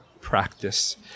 practice